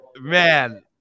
man